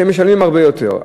שהם משלמים הרבה יותר.